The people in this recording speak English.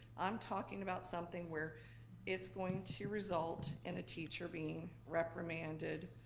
i'm talking about something where it's going to result in a teacher being reprimanded,